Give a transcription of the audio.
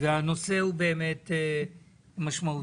והנושא משמעותי.